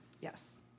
Yes